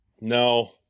No